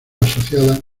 asociada